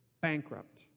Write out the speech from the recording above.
bankrupt